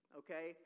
okay